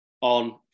on